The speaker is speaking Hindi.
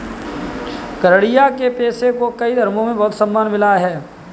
गरेड़िया के पेशे को कई धर्मों में बहुत सम्मान मिला है